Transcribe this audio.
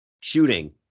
shooting